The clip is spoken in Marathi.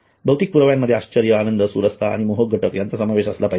भौतिक पुराव्यांमध्ये आश्चर्य आनंद सुरसता आणि मोहक घटक यांचा समावेश असला पाहिजे